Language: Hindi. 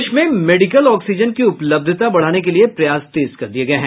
प्रदेश में मेडिकल ऑक्सीजन की उपलब्धता बढ़ाने के लिये प्रयास तेज कर दिया गया है